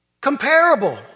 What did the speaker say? comparable